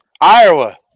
iowa